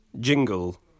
Jingle